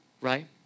right